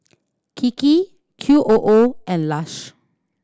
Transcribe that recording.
Kiki Q O O and Lush